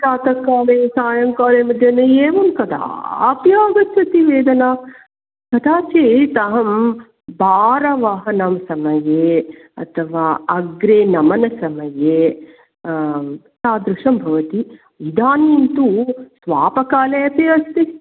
प्रातःकाले सायंकाले मध्याह्ने एवं कदापि आगच्छति वेदना तथा चेत् अहं भारवहनं समये अथवा अग्रे नमनसमये तादृशं भवति इदानीं तु स्वापकाले अपि अस्ति